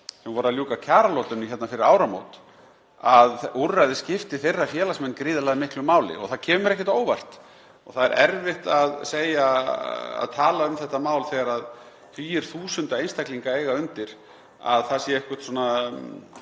sem voru að ljúka kjaralotunni hérna fyrir áramót að úrræðið skipti þeirra félagsmenn gríðarlega miklu máli. Og það kemur mér ekkert á óvart. Það er erfitt að tala þannig um þetta mál, þegar tugir þúsunda einstaklinga eiga undir, að það sé eitthvert svona